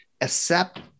accept